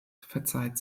verzeiht